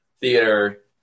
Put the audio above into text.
theater